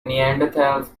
neanderthals